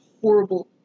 horrible